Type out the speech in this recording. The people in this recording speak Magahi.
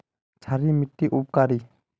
क्षारी मिट्टी उपकारी?